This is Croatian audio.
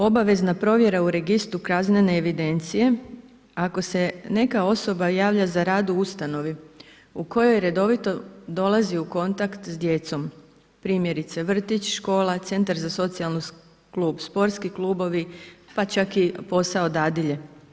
Obavezna provjera u Registru kaznene evidencije, ako se neka osoba javlja za rad u ustanovi, u kojoj redovito dolazi u kontakt s djecom, primjerice vrtić, škola, centar za socijalnu skrb, sportski klubovi pa čak i posao dadilje.